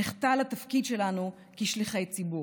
נחטא לתפקיד שלנו כשליחי ציבור.